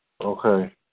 Okay